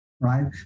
right